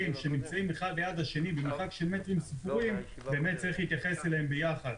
שנמצאים זה ליד זה במרחק של מטרים ספורים צריך להתייחס אליהם יחד.